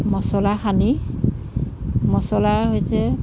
মচলা সানি মচলা হৈছে